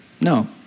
No